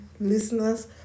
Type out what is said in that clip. listeners